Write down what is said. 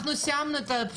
סיימנו את זה,